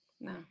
No